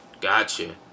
Gotcha